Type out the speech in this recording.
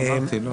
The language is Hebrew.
אמרתי.